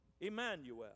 Emmanuel